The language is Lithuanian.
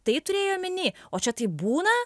tai turėjai omeny o čia taip būna